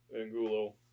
Angulo